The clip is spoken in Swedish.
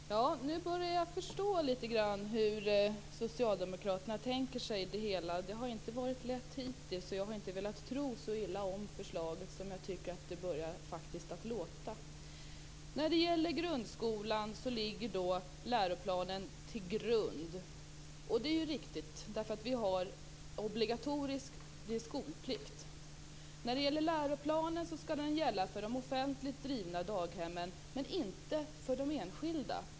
Fru talman! Nu börjar jag förstå litet grand hur Socialdemokraterna tänker sig det hela. Det har hittills inte varit lätt, och jag har inte velat tro så illa om förslaget som jag faktiskt tycker att det börjar låta. Läroplanen ligger till grund för grundskolan. Det är riktigt, eftersom vi har skolplikt. När det gäller läroplanen skall den gälla för de offentligt drivna daghemmen men inte för de enskilt drivna.